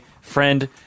friend